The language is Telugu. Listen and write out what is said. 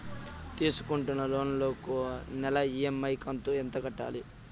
తీసుకుంటున్న లోను కు నెల ఇ.ఎం.ఐ కంతు ఎంత కట్టాలి?